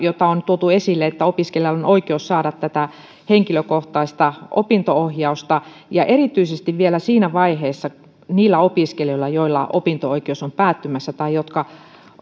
jota on tuotu esille että opiskelijalla on oikeus saada tätä henkilökohtaista opinto ohjausta ja erityisesti vielä siinä vaiheessa niillä opiskelijoilla joilla opinto oikeus on päättymässä tai